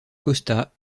costa